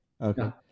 okay